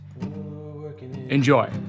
Enjoy